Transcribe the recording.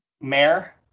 Mayor